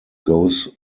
goes